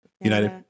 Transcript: united